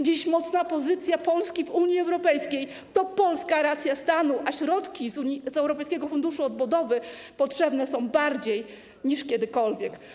Dziś mocna pozycja Polski w Unii Europejskiej to polska racja stanu, a środki z europejskiego Funduszu Odbudowy potrzebne są bardziej niż kiedykolwiek.